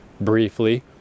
briefly